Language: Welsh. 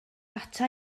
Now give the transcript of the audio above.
ata